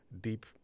deep